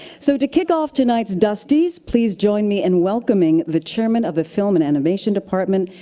so to kick off tonight's dustys, please join me in welcoming the chairman of the film and animation department,